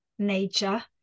nature